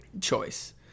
choice